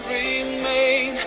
remain